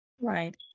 Right